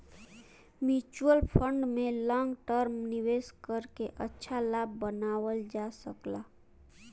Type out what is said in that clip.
mutual fund में long term निवेश करके अच्छा लाभ बनावल जा सकला